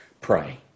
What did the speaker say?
pray